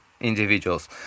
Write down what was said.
individuals